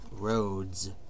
roads